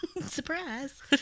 Surprise